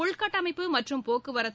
உள்கட்டமைப்பு மற்றும் போக்குவரத்து